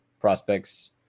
prospects